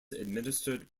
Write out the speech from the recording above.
administered